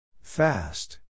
Fast